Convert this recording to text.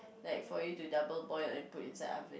like for you to double boil then put inside oven